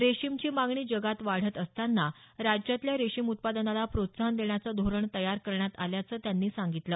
रेशीमची मागणी जगात वाढत असताना राज्यातल्या रेशीम उत्पादनाला प्रोत्साहन देण्याचं धोरण तयार करण्यात आल्याचं त्यांनी सांगितलं